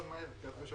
בוקר טוב.